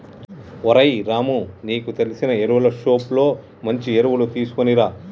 ఓరై రాము నీకు తెలిసిన ఎరువులు షోప్ లో మంచి ఎరువులు తీసుకునిరా